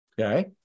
Okay